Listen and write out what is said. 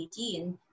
2018